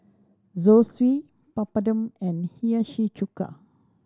Zosui Papadum and Hiyashi Chuka